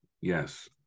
Yes